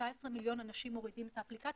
19 מיליון אנשים מורידים את האפליקציה.